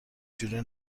جوره